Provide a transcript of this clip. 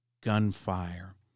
gunfire